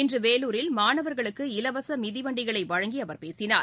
இன்று வேலூரில் மாணவர்களுக்கு இலவச மிதிவண்டிகளை வழங்கி அவர் பேசினார்